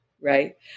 right